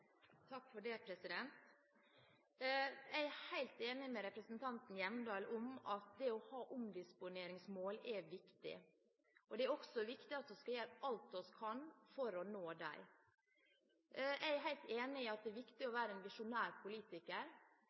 Hjemdal om at det å ha omdisponeringsmål er viktig. Det er også viktig å gjøre alt vi kan for å nå dem. Jeg er helt enig i at det er viktig å være en visjonær politiker,